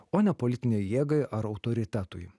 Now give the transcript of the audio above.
o ne politinei jėgai ar autoritetui